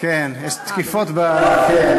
תקיפות מיניות יש גם כשלא תוקפים בדרום.